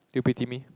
do you pity me